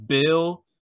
Bill